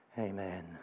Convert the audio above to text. Amen